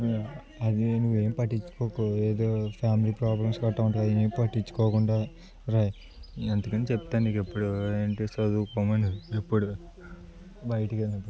అది నువ్వు ఏం పట్టించుకోకు ఏదో ఫ్యామిలీ ప్రాబ్లమ్స్ అట్లా ఉంటుంది ఏం పట్టించుకోకుండా రాయి అందుకని చెప్తాను నీకు ఎప్పుడు ఏమిటి చదువుకోమని ఎప్పుడు బయటికి